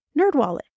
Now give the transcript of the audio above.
Nerdwallet